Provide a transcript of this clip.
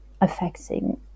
affecting